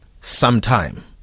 sometime